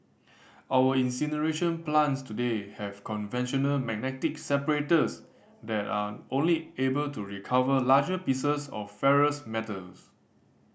our incineration plants today have conventional magnetic separators that are only able to recover larger pieces of ferrous metals